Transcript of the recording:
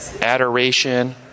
adoration